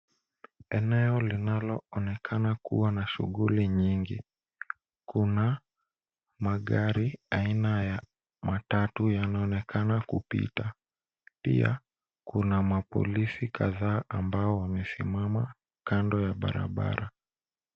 Eneo linaloonekana kuwa na shughuli nyingi. Kuna magari aina ya matatu yanayoonekana kupita. Pia, kuna mapolisi kadhaa ambao wamesimama kando ya barabara.